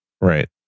Right